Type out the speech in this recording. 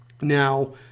Now